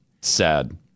Sad